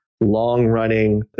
long-running